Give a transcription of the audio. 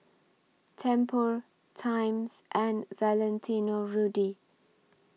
Tempur Times and Valentino Rudy